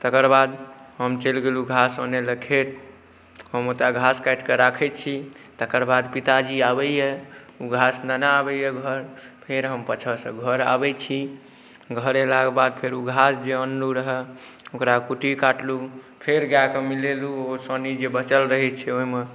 तकर बाद हम चलि गेलहुँ घास आनैलए खेत हम ओतहि घास काटिकऽ राखै छी तकर बाद पिताजी आबैए ओ घास लेने आबैए घर फेर हम पाछासँ घर आबै छी घर अएलाके बाद फेरो ओ घास जे अनलहुँ रहै ओकरा कुट्टी काटलहुँ फेर गाइके मिलेलहुँ ओ सानी जे बचल रहै छै ओहिमे